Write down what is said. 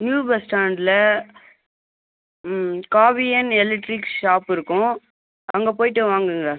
new பஸ்ஸ்டாண்ட்ல Kaviyan electric shop இருக்கும் அங்கே போய்ட்டு வாங்குங்க